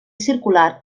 circular